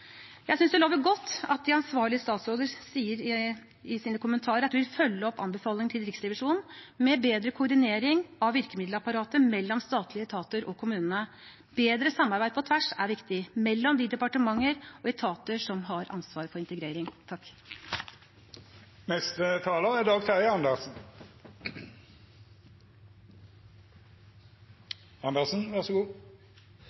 Jeg synes det lover godt at de ansvarlige statsråder sier i sine kommentarer at de vil følge opp anbefalingene til Riksrevisjonen med bedre koordinering av virkemiddelapparatet mellom statlige etater og kommunene. Bedre samarbeid på tvers er viktig mellom de departementer og etater som har ansvar for integrering. Takk